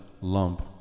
lump